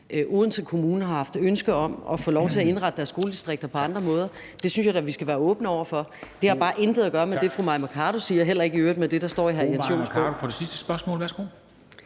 Odense Kommune har haft ønske om at få lov til at indrette deres skoledistrikter på andre måder. Det synes jeg da vi skal være åbne over for. Det har bare intet at gøre med det, fru Mai Mercado siger, og i øvrigt heller ikke med det, der står i hr.